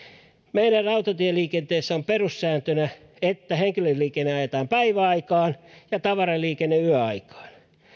meidän rautatieliikenteessä on perussääntönä että henkilöliikenne ajetaan päiväaikaan ja tavaraliikenne yöaikaan